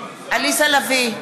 עליזה לביא,